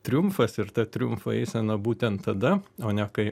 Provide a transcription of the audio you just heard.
triumfas ir ta triumfo eisena būtent tada o ne kai